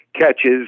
catches